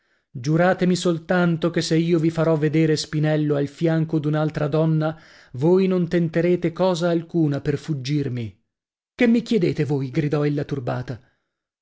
giuratemi soltanto che se io vi farò vedere spinello al fianco d'un'altra donna voi non tenterete cosa alcuna per fuggirmi che mi chiedete voi gridò ella turbata